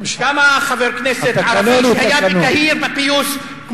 כמה, חבר כנסת ערבי שהיה בפיוס, התקנון הוא תקנון.